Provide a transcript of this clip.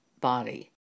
body